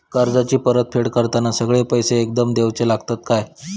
कर्जाची परत फेड करताना सगळे पैसे एकदम देवचे लागतत काय?